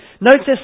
Notice